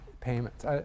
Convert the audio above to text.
payments